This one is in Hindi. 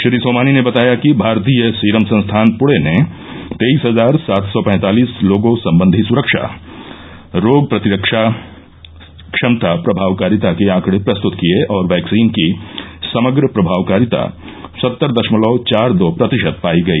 श्री सोमानी ने बताया कि भारतीय सीरम संस्थान पुणे ने तेईस हजार सात सौ पैंतालिस लोगों संबंधी स्रक्षा रोग प्रतिरक्षा क्षमता प्रभावकारिता के आंकड़े प्रस्तुत किये और वैक्सीन की समग्र प्रभावकारिता सत्तर दशमलव चार दो प्रतिशत पाई गई